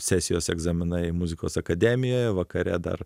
sesijos egzaminai muzikos akademijoj vakare dar